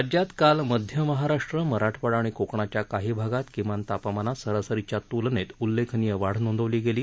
राज्यात काल मध्य महाराष्ट्र मराठवाडा आणि कोकणाच्या काही भागात किमान तापमानात सरसरीच्या तूलनेत उल्लेखनीय वाढ नोंदवली गेली